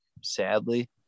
sadly